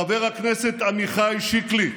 חבר הכנסת עמיחי שיקלי.